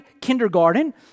kindergarten